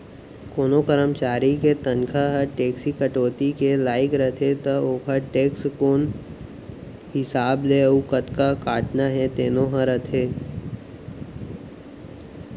कोनों करमचारी के तनखा ह टेक्स कटौती के लाइक रथे त ओकर टेक्स कोन हिसाब ले अउ कतका काटना हे तेनो ह रथे